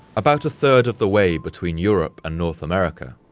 about a third of the way between europe and north america,